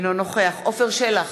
אינו נוכח עפר שלח,